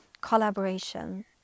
collaboration